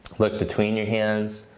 look between your hands.